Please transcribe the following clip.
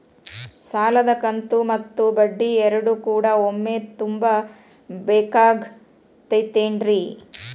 ಸಾಲದ ಕಂತು ಮತ್ತ ಬಡ್ಡಿ ಎರಡು ಕೂಡ ಒಮ್ಮೆ ತುಂಬ ಬೇಕಾಗ್ ತೈತೇನ್ರಿ?